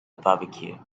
barbecue